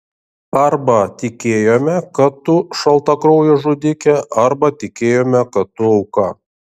arba tikėjome kad tu šaltakraujė žudikė arba tikėjome kad tu auka